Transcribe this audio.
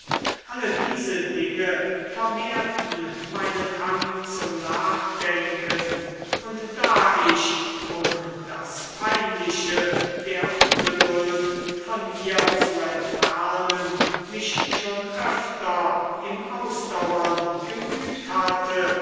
alle diese dinge vermehrten meinen hang zum nachdenken und da ich um das peinliche der ungeduld von mir zu entfernen mich schon öfter im ausdauern geübt hatte